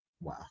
Wow